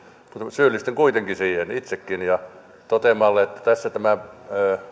syyllistyn kuitenkin siihen itsekin toteamalla että tässä tämä